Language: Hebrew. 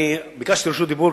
ביקשתי רשות דיבור,